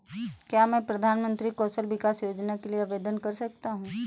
क्या मैं प्रधानमंत्री कौशल विकास योजना के लिए आवेदन कर सकता हूँ?